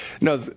No